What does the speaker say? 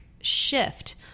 shift